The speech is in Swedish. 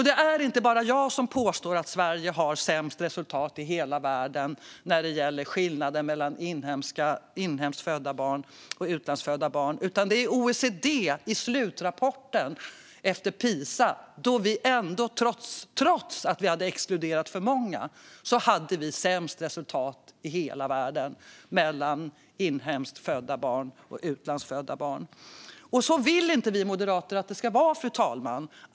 Det är inte bara jag som påstår att Sverige har sämst resultat i hela världen när det gäller skillnaden mellan inhemskt födda barn och utlandsfödda barn, utan OECD visar i slutrapporten efter Pisa - trots att för många hade exkluderats - att Sverige hade sämst resultat i hela världen. Så vill inte vi moderater att det ska vara.